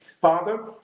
Father